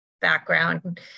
background